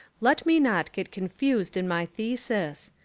let me not get confused in my thesis.